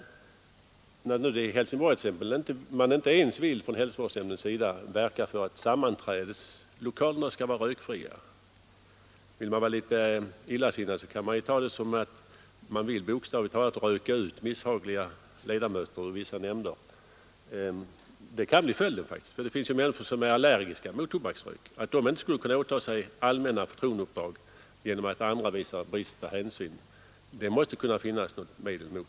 I Helsingborg t.ex. vill hälsovårdsnämnden inte ens verka för att sammanträdeslokalerna skall vara rökfria. Vill jag vara litet illasinnad kan jag uppfatta det som att man bokstavligt talat vill röka ut misshagliga ledamöter ur vissa nämnder. Det kan faktiskt bli följden, för det finns människor som är allergiska mot tobaksrök. Att de inte skall kunna åta sig allmänna förtroendeuppdrag därför att andra visar brist på hänsyn måste det kunna finnas något medel mot.